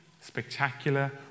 spectacular